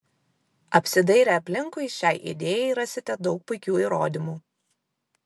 apsidairę aplinkui šiai idėjai rasite daug puikių įrodymų